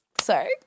sorry